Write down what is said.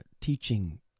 teaching